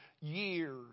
years